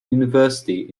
university